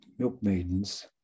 milkmaidens